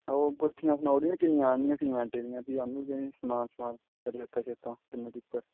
ओह् गुत्थियां सनाई ओड़ेओ निं किन्नियां आह्ननियां सीमैंटे दियां भी आह्नी ओड़गा निं समान शमान रेत्ता शेत्ता किन्ने टिप्पर